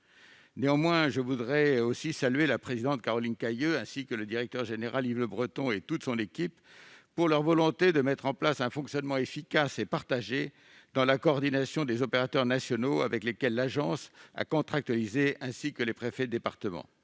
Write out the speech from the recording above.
néanmoins saluer la présidente de l'agence, Caroline Cayeux, ainsi que son directeur général, Yves Le Breton, et toute son équipe, pour leur volonté de mettre en place un fonctionnement efficace et partagé fondé sur la coordination des opérateurs nationaux avec lesquels l'agence a contractualisé ainsi qu'avec les préfets de département.